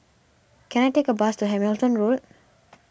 can I take a bus to Hamilton Road